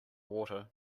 water